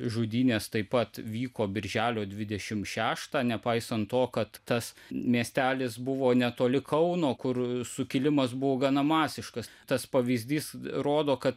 žudynės taip pat vyko birželio dvidešimt šeštą nepaisant to kad tas miestelis buvo netoli kauno kur sukilimas buvo gana masiškas tas pavyzdys rodo kad